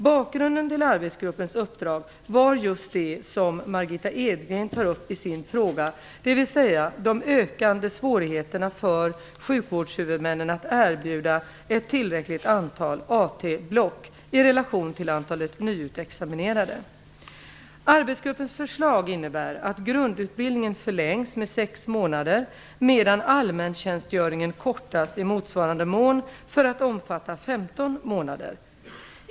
Bakgrunden till arbetsgruppens uppdrag var just det som Margitta Edgren tar upp i sin fråga, dvs. de ökande svårigheterna för sjukvårdshuvudmännen att erbjuda ett tillräckligt antal AT-block i relation till antalet nyutexaminerade. Arbetsgruppens förslag innebär att grundutbildningen förlängs med sex månader medan allmäntjänstgöringen kortas i motsvarande mån för att omfatta 15 månader.